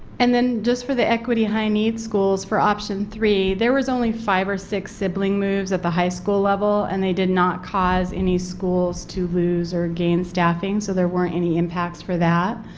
and then just for the equity high need schools for option three there was only five or six sibling moves at the high school level, and they did not cause any schools to lose or gain staffing so there weren't any impacts for that.